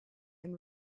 and